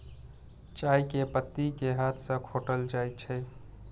चाय के पत्ती कें हाथ सं खोंटल जाइ छै